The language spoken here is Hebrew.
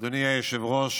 אדוני היושב-ראש,